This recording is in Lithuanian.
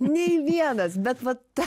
nei vienas bet ta